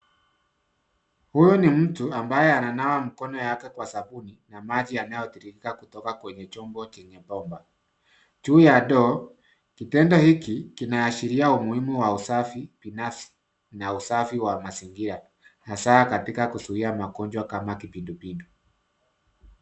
Huyu ni mtu ambaye ananawa mikono yake kwa sabuni na maji yanayotiririka kutoka kwenye chombo chenye bomba juu ya ndoo. Kitendo hiki kinaashiria umuhimu wa usafi binafsi na usafi wa mazingira hasa katika kuzuia magonjwa kama kipindupindu.